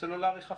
סלולרי חכם?